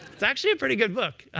it's actually a pretty good book.